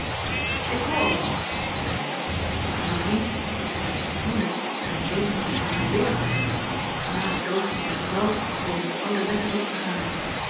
ik hoor althans zeide eylar dat onze vriend die tijdens zijn huwelijk zijn leven scheen gebeterd te hebben na den dood van zijn vrouw weder den ouden weg is opgegaan